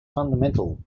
fundamental